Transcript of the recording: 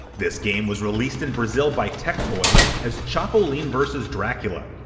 this game was released in brazil by tectoy as chapolin vs. dracula,